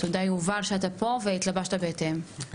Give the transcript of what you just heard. תודה יובל שאתה פה והתלבשת בהתאם.